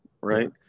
right